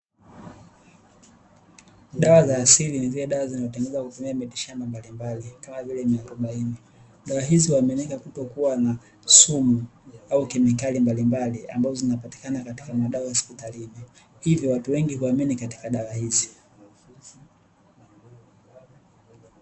Dawa za asili ni zile dawa zinatengezwa kutokana na mitishamba mbalimbali kama vile mwarobaini, dawa hizo huaminika kutokuwa na sumu au kemikali mbalimbali ambazo zinapatikana katika dawa ya hospitalini hivo watu wengi huamini katika dawa hizi.